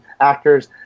actors